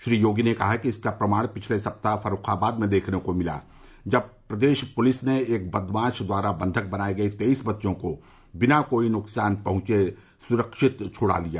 श्री योगी ने कहा कि इसका प्रमाण पिछले सप्ताह फर्रूखाबाद में देखने को मिला जब प्रदेश पुलिस ने एक बदमाश द्वारा बंधक बनाए गए तेईस बच्चों को बिना कोई नुकसान पहुंचे सुरक्षित छुड़ा लिया